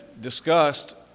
discussed